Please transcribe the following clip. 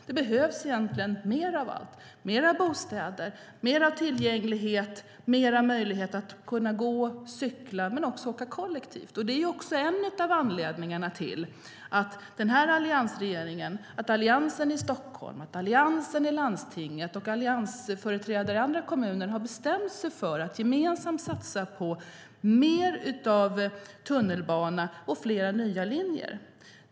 Det behövs mer av allt - fler bostäder, mer tillgänglighet, fler möjligheter att gå, cykla och åka kollektivt. Det är en av anledningarna till att alliansregeringen, Alliansen i Stockholm, Alliansen i landstinget och alliansföreträdare i andra kommuner har bestämt sig för att gemensamt satsa på fler nya linjer i tunnelbanan.